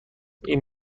این